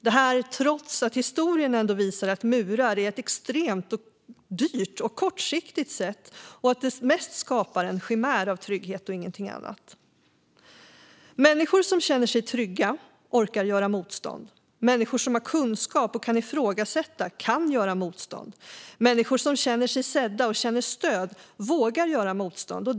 Det görs trots att historien ändå visar att murar är ett extremt dyrt och kortsiktigt sätt och att det mest skapar en chimär av trygghet och ingenting annat. Människor som känner sig trygga orkar göra motstånd. Människor som har kunskap och kan ifrågasätta kan göra motstånd. Människor som känner sig sedda och känner stöd vågar göra motstånd.